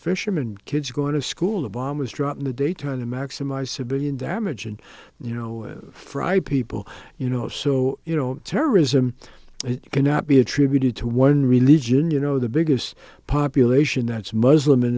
fisherman kids going to school a bomb was dropped in the daytime to maximize civilian damage and you know fry people you know so you know terrorism cannot be attributed to one religion you know the biggest population that's muslim in